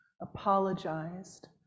apologized